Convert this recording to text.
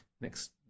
next